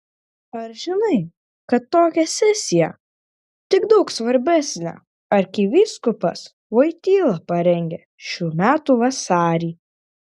ar žinai kad tokią sesiją tik daug svarbesnę arkivyskupas voityla parengė šių metų vasarį